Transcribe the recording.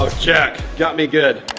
ah jack got me good.